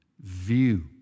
view